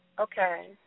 Okay